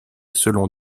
selon